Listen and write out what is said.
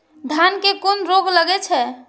धान में कुन रोग लागे छै?